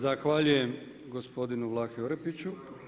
Zahvaljujem gospodinu Vlahi Orepiću.